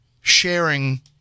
sharing